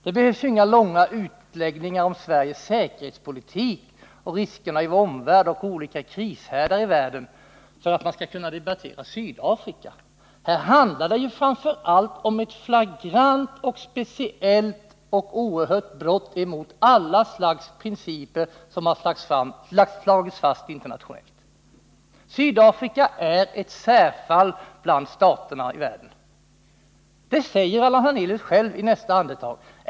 Det behövs inga långa utläggningar om Sveriges säkerhetspolitik, riskerna i vår omvärld, olika krishärdar i världen, för att kunna debattera Sydafrika. Här handlar det framför allt om ett flagrant och oerhört brott mot principer som slagits fast internationellt. Sydafrika är ett särfall bland staterna i världen. Det sade Allan Hernelius själv i nästa andetag.